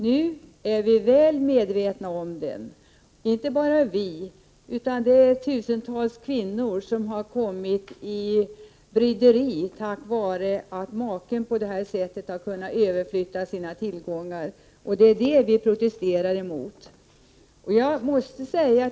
Nu är vi väl medvetna om dem, och inte bara vi utan tusentals kvinnor som har kommit i bryderi därför att maken på det här sättet har kunnat överflytta sina tillgångar. Det är det vi protesterar emot.